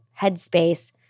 headspace